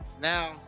now